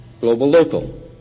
global-local